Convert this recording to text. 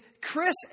Chris